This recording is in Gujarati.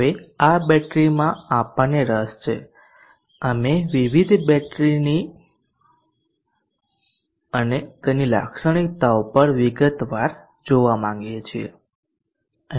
હવે આ બેટરી માં આપણને રસ છે અને અમે વિવિધ પ્રકારની બેટરી અને તેની લાક્ષણિકતાઓ પર વિગતવાર જોવા માંગીએ છીએ